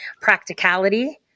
Practicality